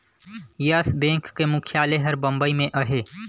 yes Bank के मुख्यालय हर बंबई में अहे